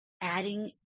adding